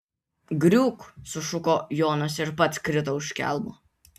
griūk sušuko jonas ir pats krito už kelmo